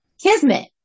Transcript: kismet